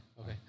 Okay